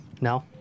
No